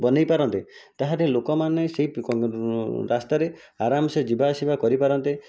ବନାଇ ପାରନ୍ତେ ତା'ହେଲେ ଲୋକମାନେ ସେହି ରାସ୍ତାରେ ଆରାମସେ ଯିବା ଆସିବା କରି ପାରନ୍ତେ